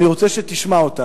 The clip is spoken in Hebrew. ואני רוצה שתשמע אותה.